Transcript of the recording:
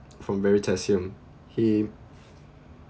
from barry tesium he